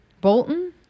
Bolton